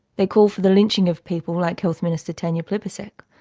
they call for the lynching of people like health minister tanya plibersek.